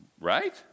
Right